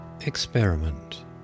experiment